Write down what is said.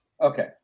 Okay